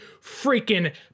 freaking